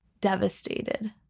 devastated